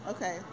Okay